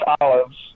olives